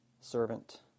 servant